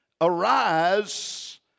Arise